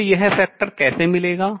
मुझे यह factor गुणक कैसे मिलेगा